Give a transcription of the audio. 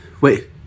Wait